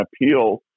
appeal